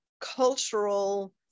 cultural